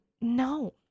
no